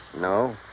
No